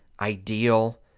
ideal